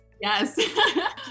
Yes